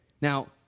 Now